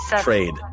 trade